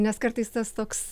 nes kartais tas toks